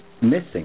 missing